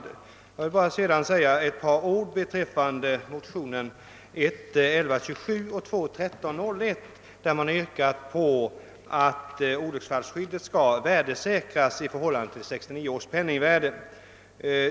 Sedan vill jag bara säga ett par ord beträffande motionerna +1:1127 och II: 1301, där det yrkas att olycksfallsskyddet skall värdesäkras i förhållande till 1969 års penningvärde.